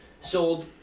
sold